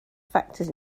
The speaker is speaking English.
factors